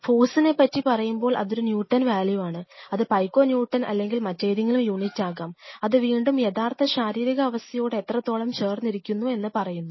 ഫോഴ്സിനെ പറ്റി പറയുമ്പോൾ അതൊരു ന്യൂട്ടൻ വാല്യൂയാണ് അത് പൈകോ ന്യൂട്ടൻ അല്ലെങ്കിൽ മറ്റേതെങ്കിലും യൂണിറ്റ് ആകാം അത് വീണ്ടും യഥാർത്ഥ ശാരീരിക അവസ്ഥയോട് എത്രത്തോളം ചേർന്നിരിക്കുന്നു എന്ന് പറയുന്നു